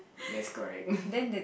yes correct